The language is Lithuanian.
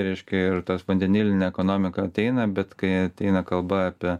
reiškia ir tas vandenilinė ekonomika ateina bet kai ateina kalba apie